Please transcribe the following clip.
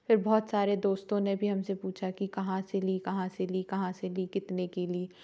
फिर बहुत सारे दोस्तों ने भी हमसे पूछा कि कहाँ से ली कहाँ से ली कहाँ से ली कितने की ली